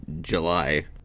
july